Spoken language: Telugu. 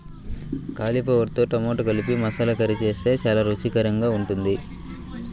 కాలీఫ్లవర్తో టమాటా కలిపి మసాలా కర్రీ చేస్తే చాలా రుచికరంగా ఉంటుంది